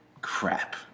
crap